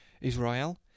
Israel